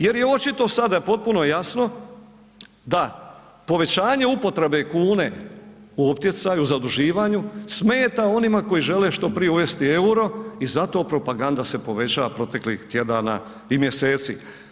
Jer je očito sada potpuno jasno da povećanje upotrebe kune u optjecaju, zaduživanju, smeta onima koji žele što prije uvesti EUR-o i zato propaganda se povećava proteklih tjedana i mjeseci.